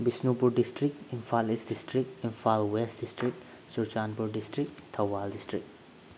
Bishnupur district Imphal East district Imphal West district Churachandpur district Thoubal district